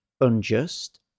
unjust